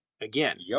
again